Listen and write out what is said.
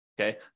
okay